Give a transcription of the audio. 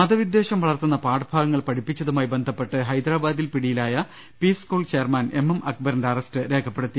മതവിദ്വേഷം വളർത്തുന്ന പാഠഭാഗങ്ങൾ പഠിപ്പിച്ചതുമായി ബന്ധപ്പെട്ട് ഹൈദരാബാദിൽ പിടിയിലായ പീസ് സ്കൂൾ ചെയർമാൻ എംഎം അക്ബറിന്റെ അറസ്റ്റ് രേഖപ്പെടുത്തി